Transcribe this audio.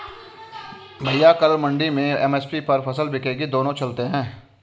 भैया कल मंडी में एम.एस.पी पर फसल बिकेगी दोनों चलते हैं